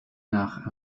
nach